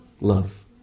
Love